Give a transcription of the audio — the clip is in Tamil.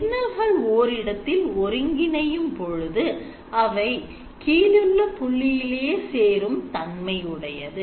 சிக்னல்கள் ஓரிடத்தில் ஒருங்கிணையும் போது அவை கீழுள்ள புள்ளியிலே சேரும் தன்மை உடையது